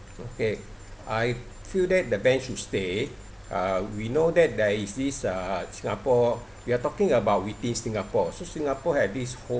okay I feel that the ban should stay uh we know that there is this uh singapore we are talking about within singapore so singapore had this whole